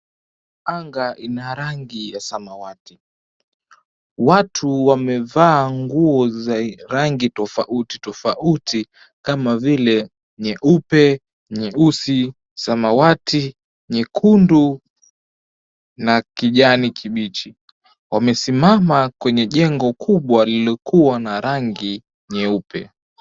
Anga ina rangi ya samawati. Watu wamevaa nguo za rangi tofauti tofauti kama vile nyeupe, nyeusi, samawati, nyekundu na kijani kibichi. Wamesimama kwenye jengo kubwa lililokuwa na rangi nyeupe.